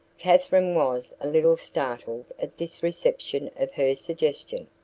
katherine was a little startled at this reception of her suggestion.